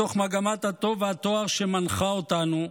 מתוך מגמת הטוב והטוהר שמנחה אותנו,